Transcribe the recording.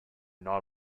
not